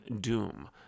doom